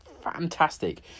fantastic